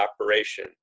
operation